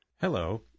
Hello